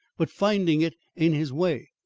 but, finding it in his way,